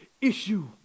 issue